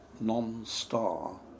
non-star